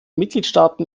mitgliedstaaten